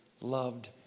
loved